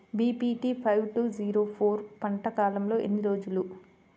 BPT five two zero four పంట కాలంలో ఎన్ని రోజులు?